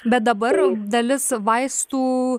bet dabar dalis vaistų